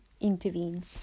intervene